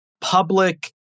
public